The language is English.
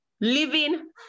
living